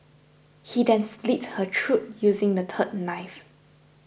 he then slit her throat using the third knife